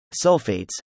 Sulfates